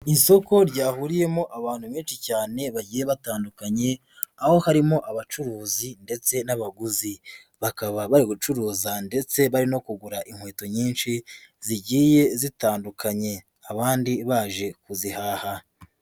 Ni isoko ryahuriyemo abantu benshi cyane bagiye batandukanye aho harimo abacuruzi ndetse n'abaguzi, bakaba bari gucuruza ndetse bari no kugura inkweto nyinshi zigiye zitandukanye, abandi baje kuzihaha.